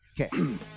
Okay